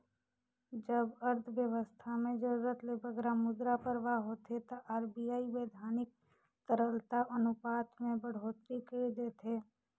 जब अर्थबेवस्था में जरूरत ले बगरा मुद्रा परवाह होथे ता आर.बी.आई बैधानिक तरलता अनुपात में बड़होत्तरी कइर देथे